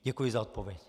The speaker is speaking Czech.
Děkuji za odpověď.